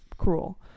cruel